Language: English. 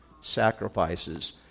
sacrifices